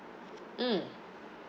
mm